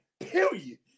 Period